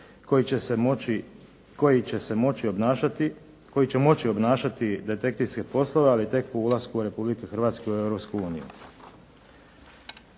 koji će moći obnašati detektivske poslove ali tek ulaskom Republike Hrvatske u Europsku uniju.